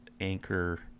anchor